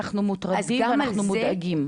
הם מוטרדים והם מודאגים.